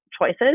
choices